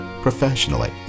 professionally